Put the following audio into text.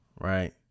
right